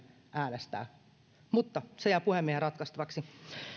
äänestää se jää puhemiehen ratkaistavaksi